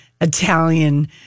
italian